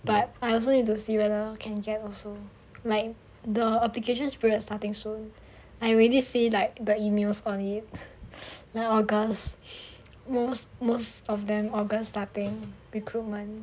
but I also need to see whether can get also like the applications for its starting soon I already see like the emails on the now august most most of them august starting recruitment